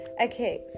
okay